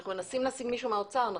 אנחנו מנסים להשיג מישהו מהאוצר אבל